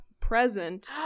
present